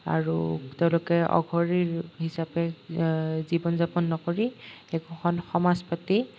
আৰু তেওঁলোকে অঘৰীৰ হিচাপে জীৱন যাপন নকৰি একোখন সমাজ পাতি